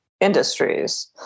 industries